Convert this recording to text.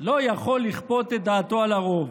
לא יכול לכפות את דעתו על הרוב.